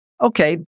Okay